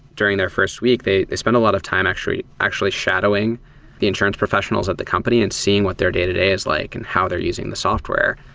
during their first week, they they spent a lot of time actually actually shadowing the insurance professionals at the company and seeing what their day-to-day is like and how they're using the software,